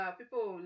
people